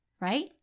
Right